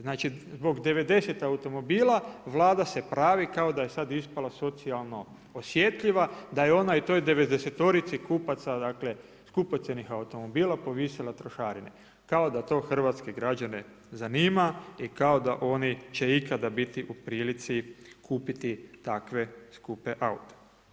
Znači zbog 90 automobila Vlada se pravi kao da je sada ispala socijalno osjetljiva, da je on i toj 90.-torici kupaca dakle skupocjenih automobila povisila trošarine kao da to hrvatske građane zanima i kao da oni će ikada biti u prilici kupiti takve skupe aute.